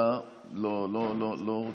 סגן השר קיש,